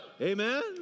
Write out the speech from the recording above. Amen